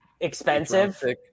Expensive